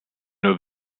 nur